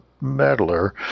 meddler